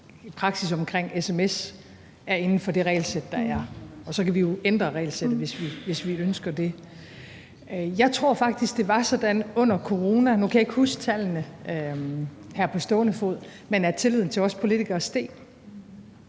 at praksis omkring sms er inden for det regelsæt, der er. Og så kan vi jo ændre regelsættet, hvis vi ønsker det. Jeg tror faktisk, det var sådan under corona – nu kan jeg ikke huske tallene her på stående fod – at tilliden til os politikere steg,